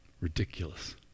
Ridiculous